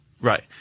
Right